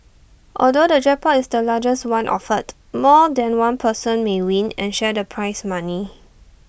although the jackpot is the largest one offered more than one person may win and share the prize money